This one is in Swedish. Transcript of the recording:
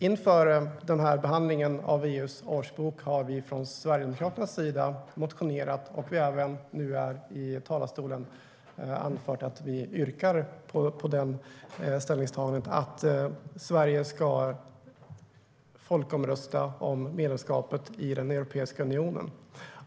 Inför behandlingen av EU:s årsbok har vi från Sverigedemokraternas sida motionerat och även nu i talarstolen anfört att vi yrkar på ställningstagandet att Sverige ska folkomrösta om medlemskapet i Europeiska unionen.